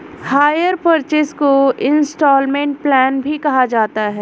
higher purchase को installment plan भी कहा जाता है